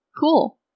Cool